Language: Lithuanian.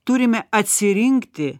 turime atsirinkti